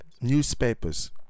Newspapers